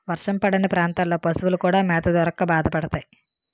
వర్షం పడని ప్రాంతాల్లో పశువులు కూడా మేత దొరక్క బాధపడతాయి